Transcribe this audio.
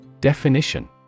Definition